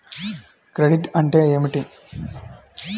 Credit అంటే ఏమిటి?